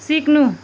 सिक्नु